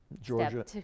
Georgia